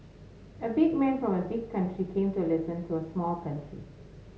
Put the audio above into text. a big man from a big country came to listen to a small country